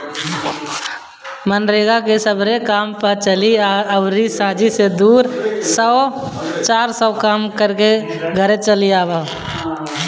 मनरेगा मे सबेरे काम पअ चली जा अउरी सांझी से दू चार सौ के काम कईके घरे चली आवअ